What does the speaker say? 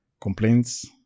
complaints